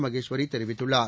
மகேஸ்வரி தெரிவித்துள்ளார்